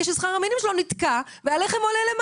כי עכשיו שכר המינימום שלו נתקע ומחיר הלחם עולה,